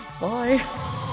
Bye